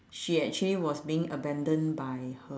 she actually was being abandoned by her